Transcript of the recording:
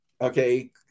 Okay